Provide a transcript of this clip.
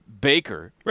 Baker